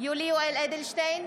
יולי יואל אדלשטיין,